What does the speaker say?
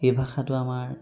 এই ভাষাটো আমাৰ